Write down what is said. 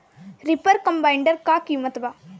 Reaper combiner का किमत बा?